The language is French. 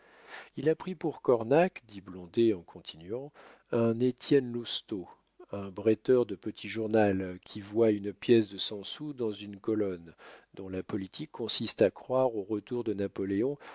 il a pris pour cornac dit blondet en continuant un étienne lousteau un bretteur de petit journal qui voit une pièce de cent sous dans une colonne dont la politique consiste à croire au retour de napoléon